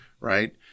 right